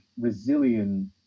resilient